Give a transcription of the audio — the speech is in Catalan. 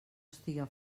estiga